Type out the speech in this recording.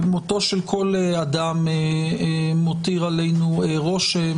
שמותו של כל אדם מותיר עלינו רושם,